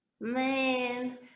man